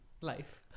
Life